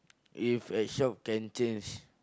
if at shop can change